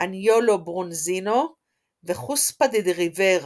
אניולו ברונזינו וחוספה דה ריברה,